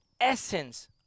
essence